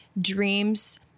dreams